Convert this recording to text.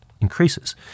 increases